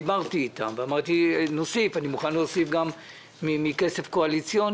דיברתי איתם ואמרתי שאני מוכן להוסיף מכסף קואליציוני.